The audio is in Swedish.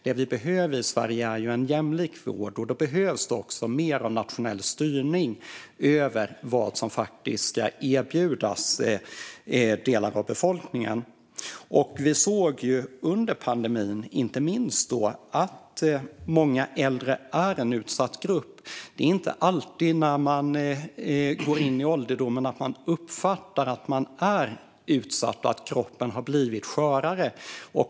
Det vi behöver i Sverige är en jämlik vård, och då behövs det mer av nationell styrning över vad som faktiskt ska erbjudas delar av befolkningen. Vi såg inte minst under pandemin att äldre är en utsatt grupp. När man går in i ålderdomen uppfattar man inte alltid att man är utsatt och att kroppen har blivit skörare.